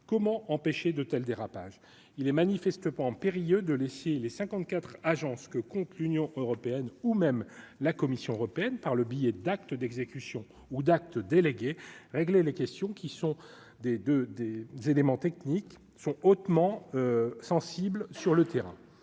comment empêcher de tels dérapages il est manifeste pas périlleux de laisser les cinquante-quatre agences que compte l'Union européenne ou même la Commission européenne par le biais d'acte d'exécution ou d'actes délégué régler les questions qui sont des de des, des éléments techniques sont hautement sensible sur le terrain,